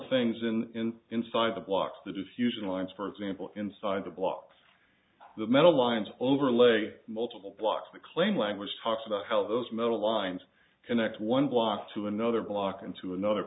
things in inside the blocks the diffusion lines for example inside the blocks the metal lines overlay multiple blocks the claim language talks about how those metal lines connect one block to another block and to another